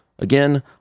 Again